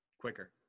Quicker